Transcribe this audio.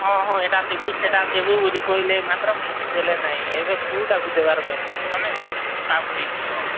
ହଁ ହଁ ଏଟା ଦେବୁ ସେଟା ଦେବୁ କହିଲେ ମାତ୍ର କିଛି ଦେଲେ ନାଇଁ ଏବେ କୋଉଟାକୁ ଦେବା ତୁମେ କାହାକୁ ଦେଇଥିଲ